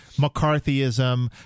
McCarthyism